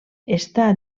està